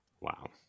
Wow